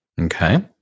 Okay